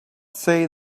say